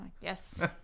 Yes